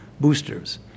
boosters